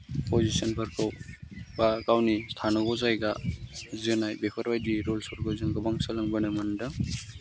पजिसनफोरखौ बा गावनि थानांगौ जायगा जोनाय बेफोरबायदि रुल्सफोरखौ जों गोबां सोलोंबोनो मोन्दों